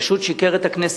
פשוט שיקר לכנסת.